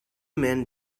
men